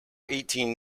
eighteen